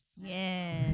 Yes